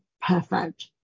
Perfect